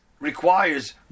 requires